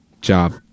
Job